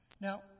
Now